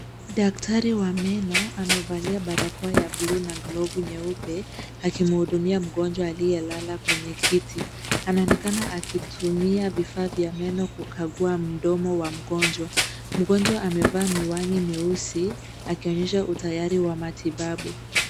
Daktari wa meno, amevalia barakoa ya blue , na glavu nyeupe, akimhudumia mgonjwa aliyelala kwenye kiti. Anaonekana akitumia vifaa vya meno kukagua mdomo wa mgonjwa. Mgonjwa amevaa miwani miuesi, akionyesha utayari wa matibabu.